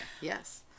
Yes